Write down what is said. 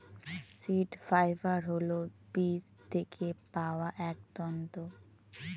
seed fibre হল বীজ থেকে পাওয়া এক তন্তু